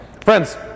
Friends